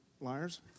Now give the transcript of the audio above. liars